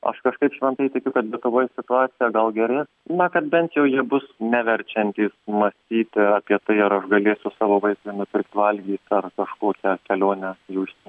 aš kažkaip šventai tikiu kad lietuvoj situacija gal gerės na kad bent jau ji bus ne verčianti mąstyti apie tai ar aš galėsiu savo vaikui nupirkt valgyt ar kažkokią kelionę į užsienį